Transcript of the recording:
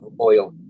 oil